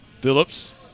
Phillips